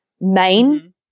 main